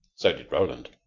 so did roland.